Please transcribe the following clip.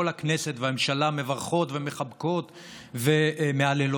כל הכנסת והממשלה מברכות ומחבקות ומהללות.